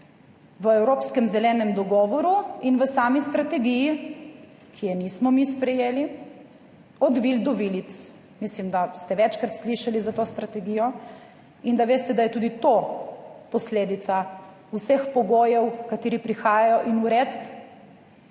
v evropskem zelenem dogovoru in v sami strategiji, ki je nismo mi sprejeli, od vil do vilic. Mislim, da ste večkrat slišali za to strategijo in da veste, da je tudi to posledica vseh pogojev kateri prihajajo in uredb